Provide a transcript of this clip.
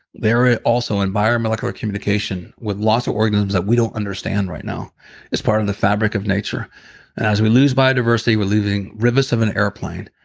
there are also environmental communication with loss or organisms that we don't understand right now as part of the fabric of nature as we lose biodiversity, we're leaving reverse of an airplane.